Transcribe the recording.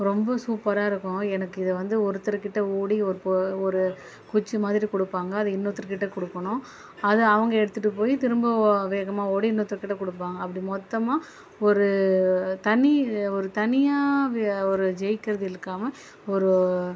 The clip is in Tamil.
ரொம்ப சூப்பராக இருக்கும் எனக்கு இது வந்து ஒருத்தர்க்கிட்டே ஓடி ஒரு போ ஒரு குச்சி மாதிரி கொடுப்பாங்க அத இன்னொருத்தர்கிட்டே கொடுக்கணும் அதை அவங்க எடுத்துகிட்டு போய் திரும்ப வேகமாக ஓடி இன்னொருத்தர்கிட்டே கொடுப்பாங்க அப்படி மொத்தமாக ஒரு தனி ஒரு தனியாக வ ஒரு ஜெயிக்கர்து இருக்காம ஒரு